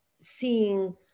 seeing